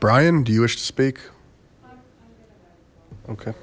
brian do you wish to speak okay